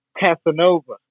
Casanova